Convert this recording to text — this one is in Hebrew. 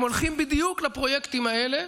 הם הולכים בדיוק לפרויקטים האלה,